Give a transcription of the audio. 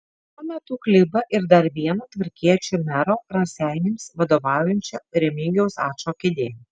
šiuo metu kliba ir dar vieno tvarkiečių mero raseiniams vadovaujančio remigijaus ačo kėdė